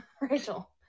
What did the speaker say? Rachel